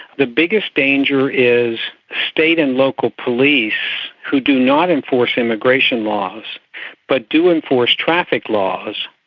the biggest danger is state and local police who do not enforce immigration laws but do enforce traffic laws,